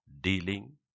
dealing